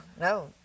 no